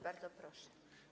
Bardzo proszę.